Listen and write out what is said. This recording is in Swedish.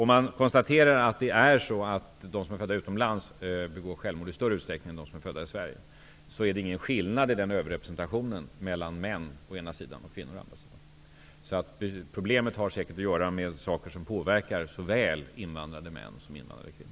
Om man konstaterar att de som är födda utomlands begår självmord i större utsträckning än de som är födda i Sverige, är det ingen skillnad i överrepresentationen mellan män å ena sidan och mellan kvinnor å andra sidan. Problemet har säkert att göra med faktorer som påverkar såväl invandrade män som invandrade kvinnor.